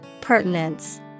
Pertinence